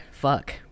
Fuck